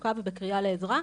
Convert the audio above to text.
במצוקה ובקריאה לעזרה,